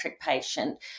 patient